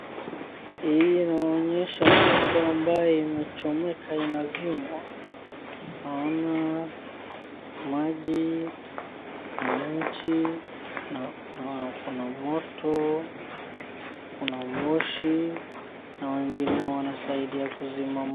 Hii inaonyesha soko ambaye inachomeka inazimwa. Naona maji, wananchi, na kuna moto, kuna moshi na wengineo wanasaidia kuzima.